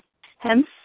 Hence